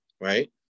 right